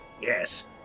Yes